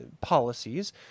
policies